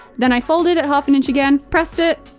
then i folded it half and inch again, pressed it,